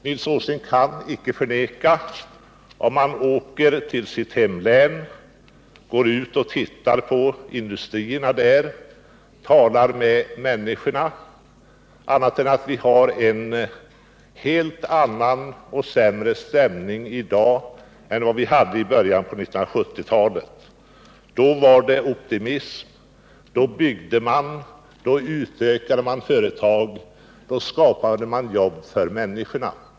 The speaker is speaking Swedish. Nils Åsling kan icke, om han åker till sitt hemlän, går ut och tittar på industrierna där och talar med människorna, förneka att vi har en helt annan och sämre stämning i dag än vi hade i början av 1970-talet. Då fanns det optimism, då byggde man för framtiden, då utökade man företag och då skapade man jobb för människorna.